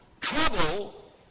trouble